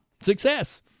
success